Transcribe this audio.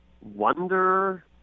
wonder